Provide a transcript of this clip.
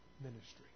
ministry